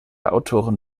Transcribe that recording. autoren